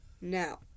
Now